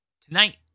tonight